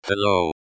Hello